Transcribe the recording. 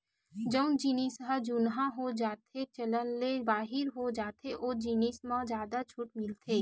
जउन जिनिस ह जुनहा हो जाथेए चलन ले बाहिर हो जाथे ओ जिनिस मन म जादा छूट मिलथे